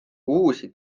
uusi